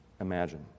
imagine